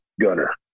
Gunner